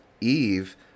Eve